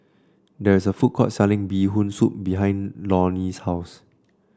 there is a food court selling Bee Hoon Soup behind Lorne's house